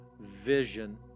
vision